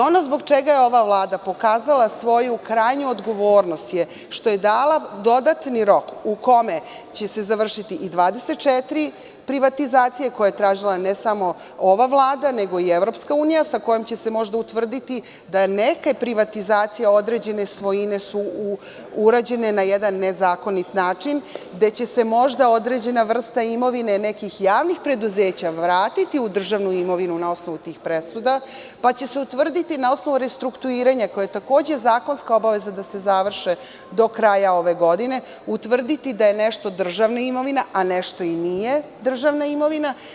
Ono zbog čega je ova Vlada pokazala svoju krajnju odgovornost je što je dala dodatni rok u kome će se završiti 24 privatizacije, koje je tražila ne samo ova Vlada, nego i EU, sa kojom će se možda utvrditi da neke privatizacije određene svojine su urađene na jedan nezakonit način, gde će se možda određena vrsta imovine nekih javnih preduzeća vratiti u državnu imovinu na osnovu tih presuda, pa će se utvrditi na osnovu restrukturiranja, koje je takođe zakonska obaveza, da se završe do kraja ove godine, utvrditi da je nešto državna imovina, a nešto i nije državna imovina.